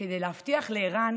כדי להבטיח לערן